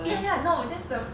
ya ya I know that's the